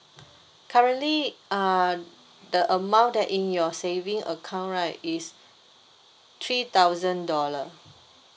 currently uh the amount that in your saving account right is three thousand dollar